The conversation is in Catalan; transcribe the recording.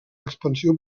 expansió